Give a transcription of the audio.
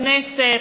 בכנסת,